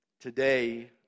today